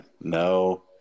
no